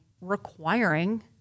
requiring